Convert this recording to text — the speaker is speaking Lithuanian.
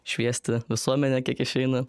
šviesti visuomenę kiek išeina